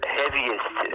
heaviest